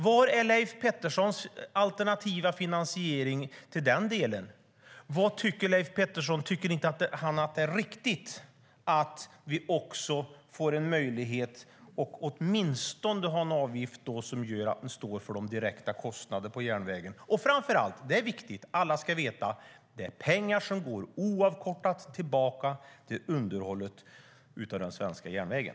Var är Leif Petterssons alternativa finansiering av den delen? Tycker inte Leif Pettersson att det är riktigt att vi får en möjlighet att åtminstone ha en avgift som innebär att man står för de direkta kostnaderna på järnvägen? Alla ska veta att det är pengar som oavkortat går tillbaka till underhållet av den svenska järnvägen.